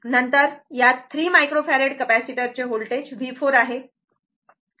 नंतर या 3 microfarad capacitor चे व्होल्टेज V4 आहे